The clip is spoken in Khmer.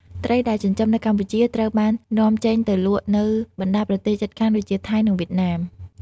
ត្រីដែលចិញ្ចឹមនៅកម្ពុជាត្រូវបាននាំចេញទៅលក់នៅបណ្តាប្រទេសជិតខាងដូចជា ថៃ និងវៀតណាម។